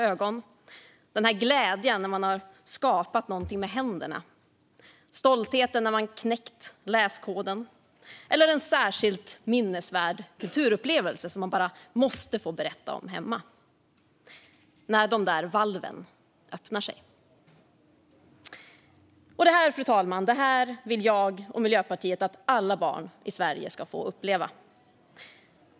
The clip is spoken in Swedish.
Jag talar om glädjen när man har skapat någonting med händerna, stoltheten när man har knäckt läskoden eller en särskilt minnesvärd kulturupplevelse som man bara måste få berätta om hemma - när de där valven öppnar sig. Det här, fru talman, vill jag och Miljöpartiet att alla barn i Sverige ska få uppleva.